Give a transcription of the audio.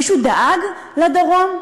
מישהו דאג לדרום?